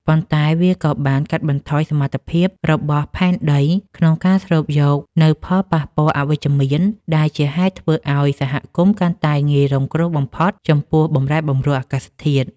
ប៉ុន្តែវាក៏បានកាត់បន្ថយសមត្ថភាពរបស់ផែនដីក្នុងការស្រូបយកនូវផលប៉ះពាល់អវិជ្ជមាន ដែលជាហេតុធ្វើឱ្យសហគមន៍កាន់តែងាយរងគ្រោះបំផុតចំពោះបម្រែបម្រួលអាកាសធាតុ។